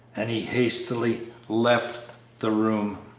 and he hastily left the room.